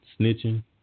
snitching